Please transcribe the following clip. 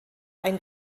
ein